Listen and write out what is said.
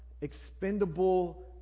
expendable